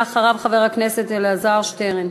לאחריו, חבר הכנסת אלעזר שטרן.